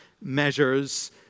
measures